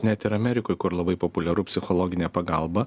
net ir amerikoj kur labai populiaru psichologinė pagalba